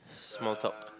small talk